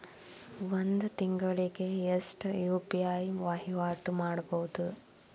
ಒಂದ್ ತಿಂಗಳಿಗೆ ಎಷ್ಟ ಯು.ಪಿ.ಐ ವಹಿವಾಟ ಮಾಡಬೋದು?